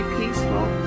peaceful